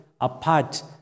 apart